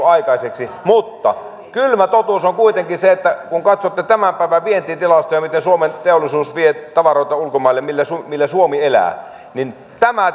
aikaiseksi mutta kylmä totuus on kuitenkin se että kun katsotte tämän päivän vientitilastoja miten suomen teollisuus vie tavaroita ulkomaille millä suomi elää niin tämä